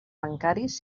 bancaris